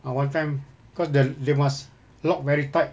ah one time because the~ they must lock very tight